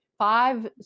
five